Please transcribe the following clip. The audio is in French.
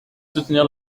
soutenir